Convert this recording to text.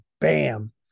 bam